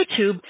YouTube